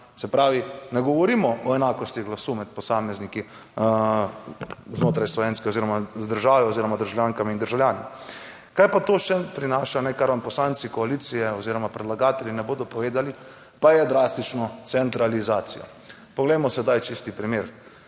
Se pravi, ne govorimo o enakosti glasu med posamezniki znotraj slovenske oziroma države oziroma **37. TRAK: (NB) – 13.00** (Nadaljevanje) državljankami in državljani. Kaj pa to še prinaša, kar vam poslanci koalicije oziroma predlagatelji ne bodo povedali, pa je drastično centralizacija. Poglejmo sedaj čisti primer,